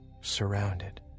Surrounded